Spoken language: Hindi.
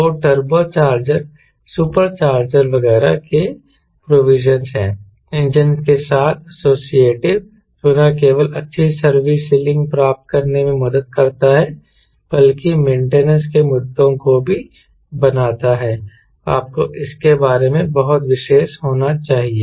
तो टर्बो चार्जर सुपर चार्जर वगैरह के प्रोविजनस हैं इंजन के साथ एसोसिएटिव जो न केवल अच्छी सर्विस सीलिंग प्राप्त करने में मदद करता है बल्कि मेंटेनेंस के मुद्दों को भी बनाता है आपको इसके बारे में बहुत विशेष होना चाहिए